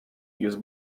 jest